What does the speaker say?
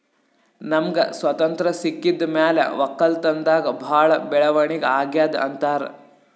ನಮ್ಗ್ ಸ್ವತಂತ್ರ್ ಸಿಕ್ಕಿದ್ ಮ್ಯಾಲ್ ವಕ್ಕಲತನ್ದಾಗ್ ಭಾಳ್ ಬೆಳವಣಿಗ್ ಅಗ್ಯಾದ್ ಅಂತಾರ್